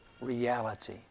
reality